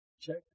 Check